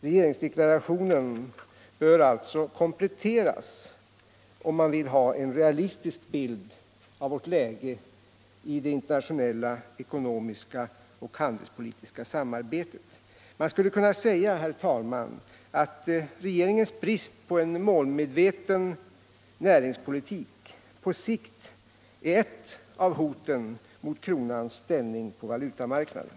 Regeringsdeklarationen ger alltså ingen fullständig bild 'och bör alltså kompletteras om man vill ha en realistisk analys av vårt läge i det internationella ekonomiska och handelspolitiska samarbetet. Man skulle kunna säga, herr talman, att regeringens brist på målmedveten näringspolitik på sikt är ett av hoten mot kronans starka ställning på valutamarknaden.